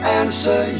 answer